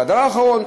והדבר האחרון,